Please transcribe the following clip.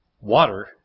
water